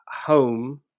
home